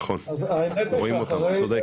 נכון, רואים אותם, הוא צודק.